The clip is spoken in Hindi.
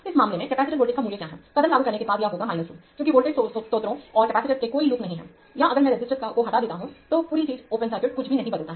इस मामले में कैपेसिटर वोल्टेज का मूल्य क्या है कदम लागू करने के बाद यह होगा 2 क्योंकि वोल्टेज स्रोतों और कैपेसिटर्स के कोई लूप नहीं हैं या अगर मैं रेसिस्टर्स को हटा देता हूं तो पूरी चीज ओपन सर्किट कुछ भी नहीं बदलता है